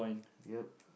ya